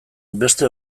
beste